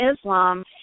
Islam